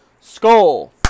Skull